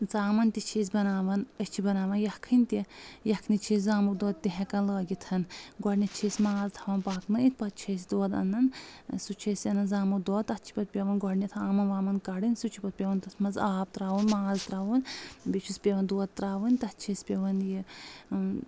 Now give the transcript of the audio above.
ژامَن تہِ چھِ أسۍ بناوَان أسۍ چھِ بناوَان یکھٕنۍ تہِ یَکھنہِ چھِ أسۍ زامُت دۄد تہِ ہؠکان لٲگِتھ گۄڈنیٚتھ چھِ أسۍ ماز تھاوان پاکنٲیِتھ پَتہٕ چھِ أسۍ دۄد انان سُہ چھِ أسۍ انان زامُت دۄد تتھ چھِ پتہٕ پؠوان گۄڈنؠتھ آمن وامن کَڑٕنۍ سُہ چھُ پتہٕ پؠوان تتھ منٛز آب ترٛاوُن ماز ترٛاوُن بیٚیہِ چھُس پؠوان دۄد تراوٕنۍ تتھ چھِ أسۍ پؠوان یہِ